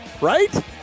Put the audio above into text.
Right